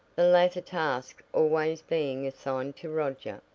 the latter task always being assigned to roger,